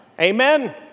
Amen